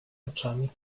oczami